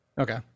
Okay